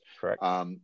Correct